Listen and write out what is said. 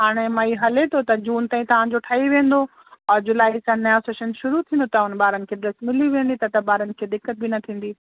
हाणे मां ही हले थो त जून ताईं तव्हां जो ठही वेंदो और जुलाई खां नयो सेशन शुरू थींदो त उन ॿारनि खे ड्रेस मिली वेंदी त त ॿारनि खे दिक़त बि न थींदी